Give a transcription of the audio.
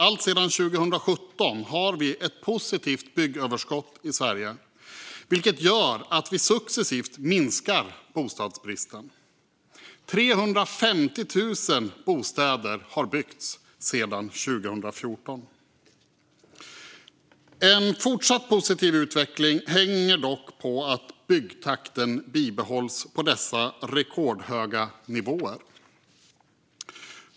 Alltsedan 2017 har vi ett positivt byggöverskott i Sverige, vilket gör att vi successivt minskar bostadsbristen. 350 000 bostäder har byggts sedan 2014. En fortsatt positiv utveckling hänger dock på att byggtakten bibehålls på dessa rekordhöga nivåer.